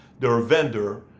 they're a vendor,